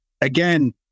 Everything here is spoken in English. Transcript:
Again